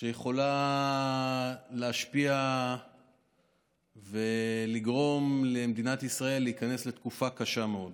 שיכולה להשפיע ולגרום למדינת ישראל להיכנס לתקופה קשה מאוד.